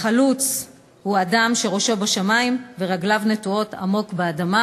"חלוץ הוא אדם שראשו בשמים ורגליו נטועות עמוק באדמה",